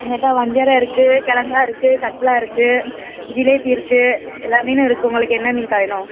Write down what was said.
எங்கிட்டே வஞ்சரம் இருக்குது கிழங்கா இருக்குது கட்லா இருக்குது ஜிலேபி இருக்குது எல்லா மீனும் இருக்குது உங்களுக்கு என்ன மீனுக்கா வேணும்